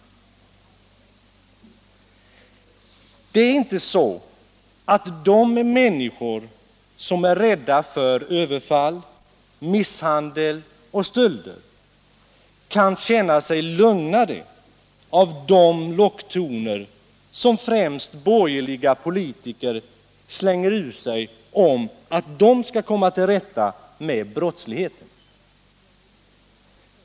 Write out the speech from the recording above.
Det är inte så att de människor som är rädda för överfall. misshandel och stölder kan känna sig lugnade av de locktoner som främst borgerliga politiker slänger ur sig om att de skall komma till rätta med brottsligheten.